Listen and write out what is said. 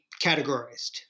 categorized